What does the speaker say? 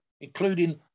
including –